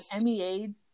MEA